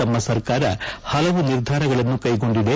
ತಮ್ಮ ಸರ್ಕಾರ ಪಲವು ನಿರ್ಧಾರಗಳನ್ನು ಕೈಗೊಂಡಿದೆ